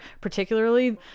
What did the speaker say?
particularly